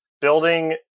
building